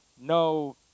no